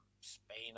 Spain